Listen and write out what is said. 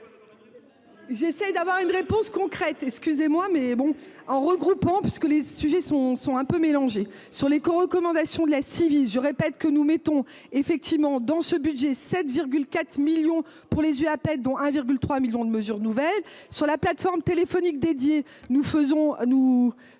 J'essaie d'avoir une réponse concrète, excusez-moi mais bon en regroupant parce que les sujets sont sont un peu mélangé sur les recommandations de la civile je répète que nous mettons effectivement dans ce budget 7 4 millions pour les yeux, dont 1,3 1000000 de mesures nouvelles sur la plateforme téléphonique dédiée, nous faisons,